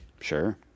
Sure